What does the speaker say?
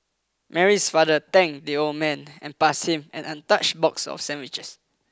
Mary's father thanked the old man and passed him an untouched box of sandwiches